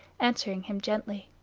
answering him, gently